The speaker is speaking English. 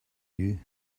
you